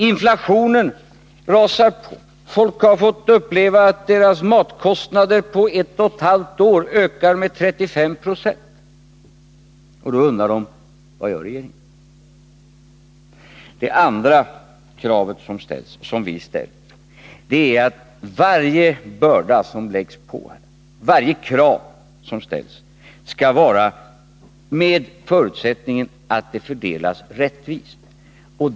Inflationen rasar vidare. Folk har fått uppleva att deras matkostnader på ett och ett halvt år ökat med 35 26. Då undrar man: Vad gör regeringen? Det andra kravet som vi ställt är att ingen börda som läggs på här och inget villkor som utställs får slå orättvist.